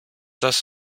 das